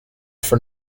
for